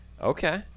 Okay